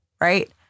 Right